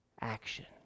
action